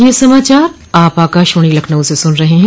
ब्रे क यह समाचार आप आकाशवाणी लखनऊ से सुन रहे हैं